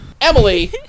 Emily